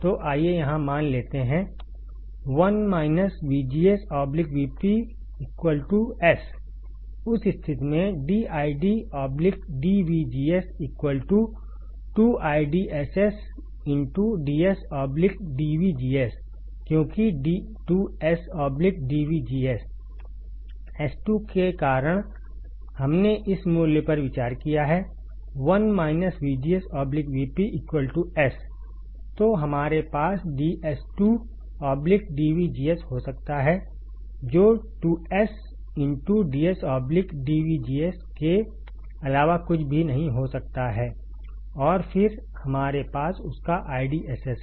तो आइए हम यहाँ मान लेते हैं 1 VGS VP S उस स्थिति में dID dVGS 2IDSS dS dVGS क्योंकि d2S d VGS S2 के कारण हमने इस मूल्य पर विचार किया है 1 VGS VP S तो हमारे पास dS2 dVGS हो सकता है जो 2S dS dVGS के अलावा कुछ भी नहीं हो सकता है और फिर हमारे पास आपका IDSS है